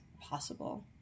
possible